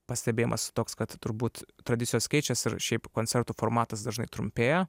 pastebėjimas toks kad turbūt tradicijos keičiasi ir šiaip koncertų formatas dažnai trumpėja